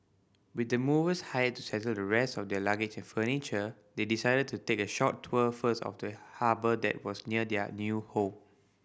with the movers hired to settle the rest of their luggage and furniture they decided to take a short tour first of the harbour that was near their new home